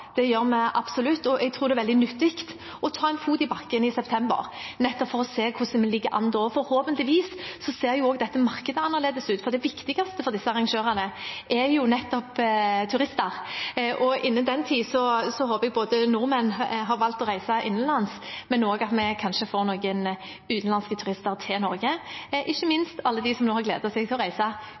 det gjør vi absolutt – og jeg tror det er veldig nyttig å ta en fot i bakken i september, nettopp for å se hvordan vi ligger an da. Forhåpentligvis ser da dette markedet også annerledes ut, for det viktigste for disse arrangørene er jo nettopp turister, og innen den tid håper jeg både at nordmenn har valgt å reise innenlands, og også at vi får noen utenlandske turister til Norge – ikke minst alle dem som nå har gledet seg til å reise